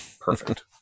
Perfect